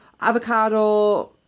avocado